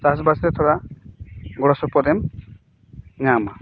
ᱪᱟᱥ ᱵᱟᱥ ᱨᱮ ᱛᱷᱚᱲᱟ ᱜᱚᱲᱚ ᱥᱚᱯᱚᱦᱚᱫ ᱮᱢ ᱧᱟᱢᱟ